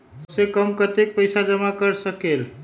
सबसे कम कतेक पैसा जमा कर सकेल?